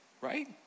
Right